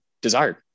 desired